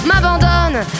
m'abandonne